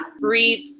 breathe